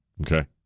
Okay